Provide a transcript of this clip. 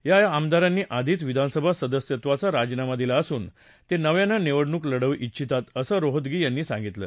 या आमदारांनी आधीच विधानसभा सदस्यत्वाचा राजीनामा दिला असून ते नव्यानं निवडणूक लढवू ष्टिछतात असं रोहतगी यांनी सांगितलं